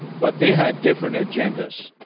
but they had different agendas.